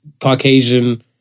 Caucasian